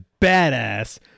badass